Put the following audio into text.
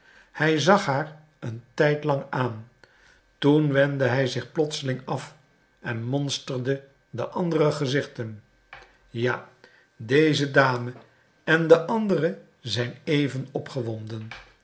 hij zag haar een tijd lang aan toen wendde hij zich plotseling af en monsterde de andere gezichten ja deze dame en de andere zijn even opgewonden